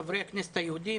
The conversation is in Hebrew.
חברי הכנסת היהודים,